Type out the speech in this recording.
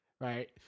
Right